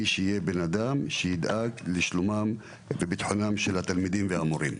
שיהיה אדם שידאג לשלום ולביטחונם של התלמידים והמורים.